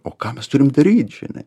o ką mes turim daryt žinai